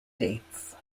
dates